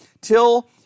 till